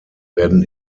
werden